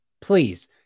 please